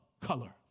color